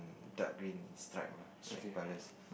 dark green is stripe lah stripe colours